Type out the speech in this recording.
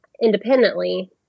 independently